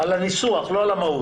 על הניסוח, לא על מהות.